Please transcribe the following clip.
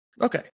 Okay